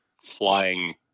flying